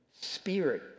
spirit